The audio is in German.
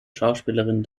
schauspielerin